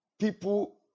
people